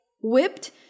whipped